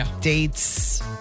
dates